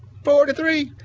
forty three,